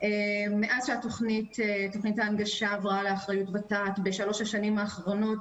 מאז שתכנית ההנגשה עברה לאחריות ות"ת בשלוש השנים האחרונות,